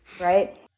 right